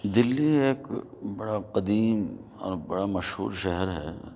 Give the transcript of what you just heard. دِلّی ایک بڑا قدیم اور بڑا مشہور شہر ہے